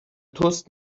تست